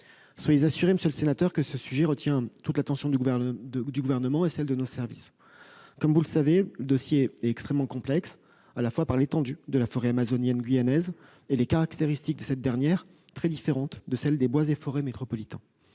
Soyez assuré, monsieur le sénateur, que ce sujet retient toute l'attention du Gouvernement et, en particulier, celle de nos services. Comme vous le savez, ce dossier est extrêmement complexe, du fait de l'étendue de la forêt amazonienne guyanaise et des caractéristiques de cette dernière, très différentes de celles des bois et forêts métropolitains.